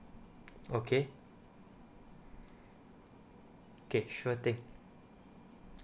okay okay sure thing